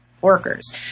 workers